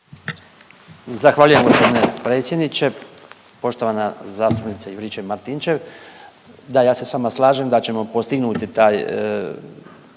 Zahvaljujem gospodine predsjedniče. Poštovana zastupnice Juričev Martinčev, da ja se s vama slažem da ćemo postignuti taj